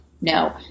No